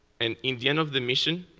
and in the end of the mission,